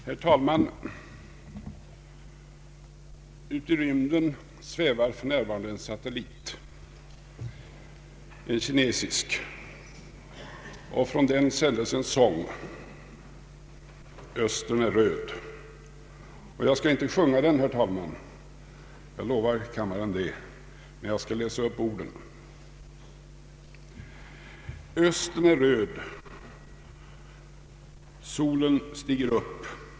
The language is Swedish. Herr talman! Ute i rymden svävar för närvarande en kinesisk satellit, och från den sändes en sång, ”Östern är röd”. Jag skall, herr talman, inte sjunga den, det lovar jag, men jag skall läsa upp orden. Östern är röd. Solen går upp.